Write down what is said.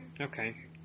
Okay